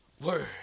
word